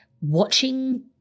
watching